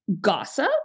gossip